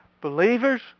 Believers